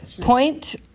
Point